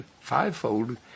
fivefold